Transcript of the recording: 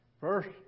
First